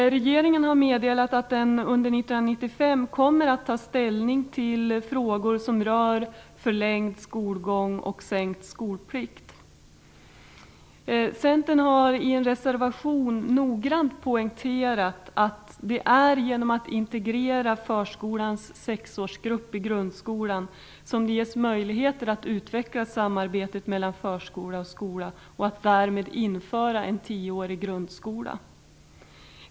Regeringen har meddelat att man under 1995 kommer att ta ställning till frågor som berör en förlängd skolgång och en sänkt skolplikt. Centern har i en reservation noggrant poängterat att det, genom att man integrerar förskolans 6-årsgrupp i grundskolan, ges möjligheter att utveckla samarbetet mellan förskolan och skolan och att därmed införa en tioårig grundskola.